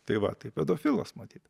tai va tai pedofilas matyt